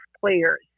players